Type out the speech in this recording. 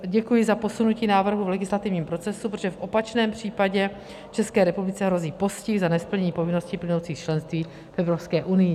Děkuji za posunutí návrhu v legislativním procesu, protože v opačném případě České republice hrozí postih za nesplnění povinností plynoucích z členství v Evropské unii.